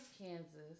Kansas